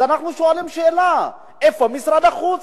אז אנחנו שואלים שאלה: איפה משרד החוץ?